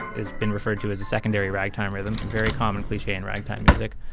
it's been referred to as a secondary ragtime rhythm, very common cliche in ragtime music.